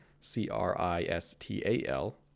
c-r-i-s-t-a-l